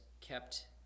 kept